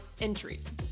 entries